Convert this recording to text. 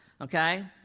Okay